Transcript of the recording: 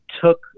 took